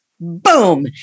boom